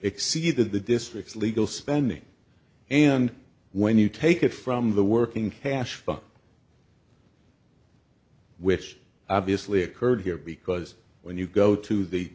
exceeded the district's legal spending and when you take it from the working cash back which obviously occurred here because when you go to the